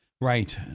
Right